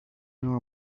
know